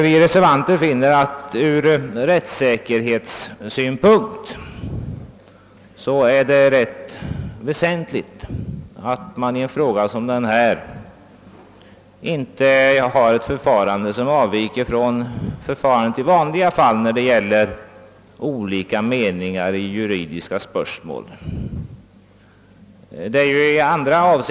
Vi reservanter finner att det ur rättssäkerhetssynpunkt är väsentligt att man i en fråga som denna inte tillämpar ett förfarande som avviker från förfarandet i vanliga fall när det föreligger olika meningar i juridiska spörsmål.